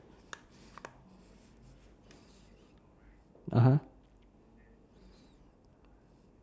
(uh huh)